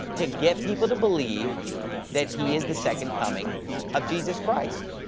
to get people to believe that he is the second coming of jesus christ.